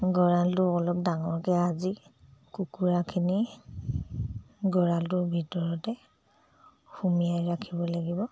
গঁৰালটো অলপ ডাঙৰকে আজি কুকুৰাখিনি গঁৰালটোৰ ভিতৰতে সোমোৱাই ৰাখিব লাগিব